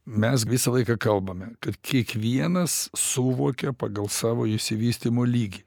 mes visą laiką kalbame kad kiekvienas suvokia pagal savo išsivystymo lygį